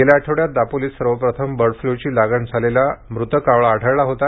गेल्या आठवड्यात दापोलीत सर्वप्रथम बर्ड फ्लूची लागण झालेला मृत कावळा आढळला होता